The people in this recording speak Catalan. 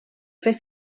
fer